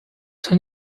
参加